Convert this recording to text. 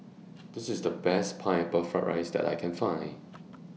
This IS The Best Pineapple Fried Rice that I Can Find